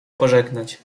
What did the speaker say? pożegnać